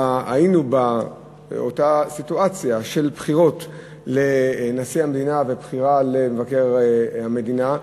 היינו באותה סיטואציה של בחירות לנשיא המדינה ולמבקר המדינה,